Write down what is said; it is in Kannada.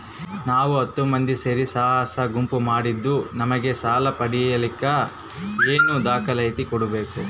ನಾವು ಹತ್ತು ಮಂದಿ ಸೇರಿ ಸ್ವಸಹಾಯ ಗುಂಪು ಮಾಡಿದ್ದೂ ನಮಗೆ ಸಾಲ ಪಡೇಲಿಕ್ಕ ಏನೇನು ದಾಖಲಾತಿ ಕೊಡ್ಬೇಕು?